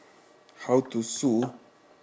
how to sue